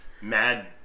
mad